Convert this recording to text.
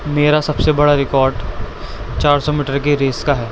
میرا سب سے بڑا ریکارڈ چار سو میٹر کے ریس کا ہے